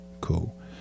cool